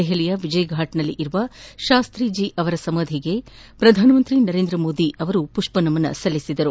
ದೆಹಲಿಯ ವಿಜಯ್ ಫಾಟ್ನಲ್ಲಿರುವ ಶಾಸ್ತೀಜಿ ಅವರ ಸಮಾಧಿಗೆ ಪ್ರಧಾನಮಂತ್ರಿ ನರೇಂದ್ರ ಮೋದಿ ಮಪ್ಪನಮನ ಸಲ್ಲಿಸಿದರು